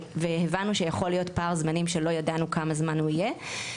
והבנו שיכול להיות פער זמנים שלא ידענו כמה זמן הוא יהיה,